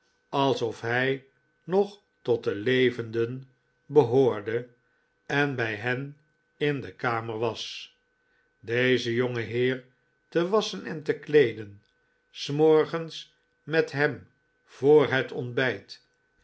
alsof hij nog tot de levenden behoorde en bij hen in de kamer was dezen jongeheer te wasschen en te kleeden s morgens met hem voor het ontbijt